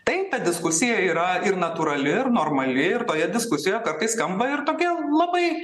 tai ta diskusija yra ir natūrali ir normali ir toje diskusijoje kartais skamba ir tokie labai